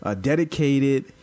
dedicated